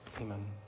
Amen